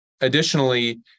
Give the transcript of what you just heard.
additionally